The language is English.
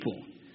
people